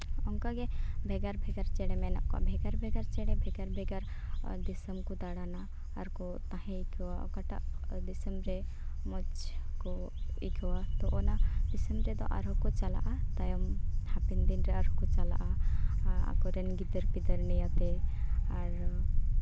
ᱚᱱᱠᱟᱜᱮ ᱵᱷᱮᱜᱟᱨ ᱵᱷᱮᱜᱟᱨ ᱪᱮᱬᱮ ᱢᱮᱱᱟᱜ ᱠᱚᱣᱟ ᱵᱷᱮᱜᱟᱨ ᱵᱷᱮᱜᱟᱨ ᱪᱮᱬᱮ ᱵᱷᱮᱜᱟᱨ ᱵᱷᱮᱜᱟᱨ ᱫᱤᱥᱚᱢ ᱠᱚ ᱫᱟᱬᱟᱱᱟ ᱟᱨᱠᱚ ᱛᱟᱦᱮᱸ ᱠᱚᱣᱟ ᱚᱠᱟᱴᱟᱜ ᱫᱤᱥᱚᱢ ᱨᱮ ᱢᱚᱡᱽ ᱠᱚ ᱟᱹᱭᱠᱟᱹᱣᱟ ᱛᱳ ᱚᱱᱟ ᱫᱤᱥᱚᱢ ᱨᱮᱫᱚ ᱟᱨᱦᱚᱸ ᱠᱚ ᱪᱟᱞᱟᱜᱼᱟ ᱛᱟᱭᱚᱢ ᱦᱟᱯᱮᱱ ᱫᱤᱱ ᱨᱮ ᱟᱨᱦᱚᱸ ᱠᱚ ᱪᱟᱞᱟᱜᱼᱟ ᱟᱠᱚ ᱨᱮᱱ ᱜᱤᱫᱟᱹᱨ ᱯᱤᱫᱟᱹᱨ ᱱᱤᱭᱟᱹᱛᱮ ᱟᱨ